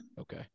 Okay